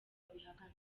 babihakana